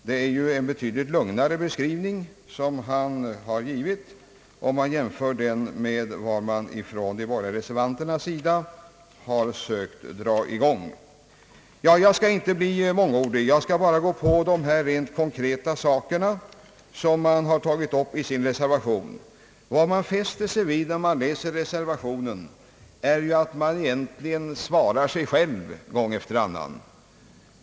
Det är en betydligt lugnare beskrivning som hr Thunholm har gett i jämförelse med vad de borgerliga reservanterna har sökt dra i gång. Jag skall inte bli mångordig, utan endast ta upp de rent konkreta saker som har berörts i reservationen. Vid läsning av reservationen, fäster man sig särskilt vid att reservanterna svarar sig själva gång efter annan.